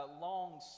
long